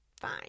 Fine